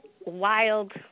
wild